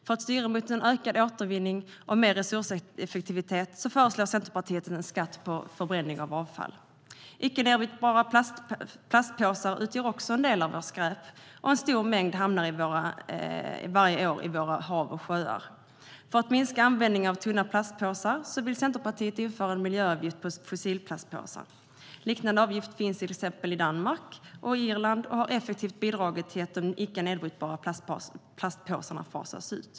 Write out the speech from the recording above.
För att styra mot en ökad återvinning och mer resurseffektivitet föreslår Centerpartiet en skatt på förbränning av avfall. Icke nedbrytbara plastpåsar utgör också en del av vårt skräp, och en stor mängd hamnar varje år i våra hav och sjöar. För att minska användningen av tunna plastpåsar vill Centerpartiet införa en miljöavgift på fossilplastpåsar. Liknande avgifter finns i till exempel Danmark och Irland och har effektivt bidragit till att de icke nedbrytbara plastpåsarna fasats ut.